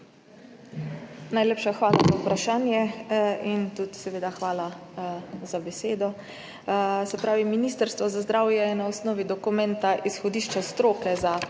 Najlepša hvala za vprašanje in seveda tudi hvala za besedo. Ministrstvo za zdravje je na osnovi dokumenta izhodišča stroke za